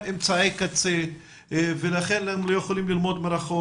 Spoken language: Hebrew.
אמצעי קצה ולכן הם לא יכולים ללמוד מרחוק,